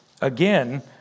Again